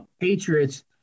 Patriots